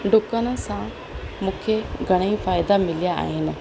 डुकण सां मूंखे घणेई फ़ाइदा मिलिया आहिनि